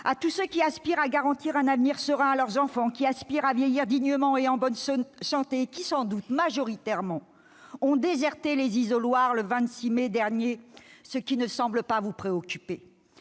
tous ceux qui aspirent à garantir un avenir serein à leurs enfants, à vieillir dignement et en bonne santé et qui sans doute, majoritairement, ont déserté les isoloirs le 26 mai dernier, ce qui ne semble pas vous préoccuper